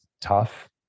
tough